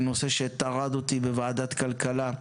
זהו נושא שטרד אותי בוועדת הכלכלה.